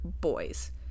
boys